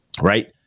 right